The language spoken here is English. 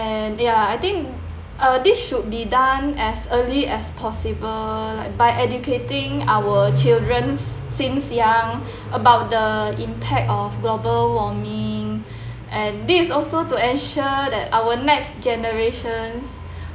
ya I think uh this should be done as early as possible like by educating our children s~ since young about the impact of global warming and this is also to ensure that our next generations